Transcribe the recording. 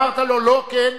אמרת לו "לא" "כן",